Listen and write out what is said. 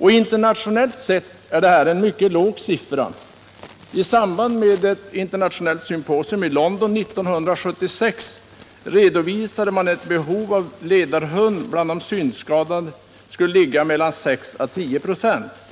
Internationellt sett är denna siffra mycket låg. I samband med ett internationellt symposium i London 1976 redovisade man ett behov av ledarhund bland de synskadade ligga mellan 6 och 10 26.